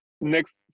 next